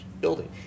building